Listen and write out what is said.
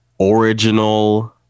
original